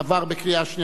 עברה בקריאה שנייה.